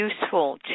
useful